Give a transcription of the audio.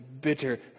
bitter